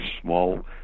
small